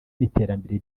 n’iterambere